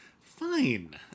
Fine